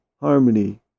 harmony